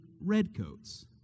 redcoats